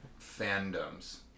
fandoms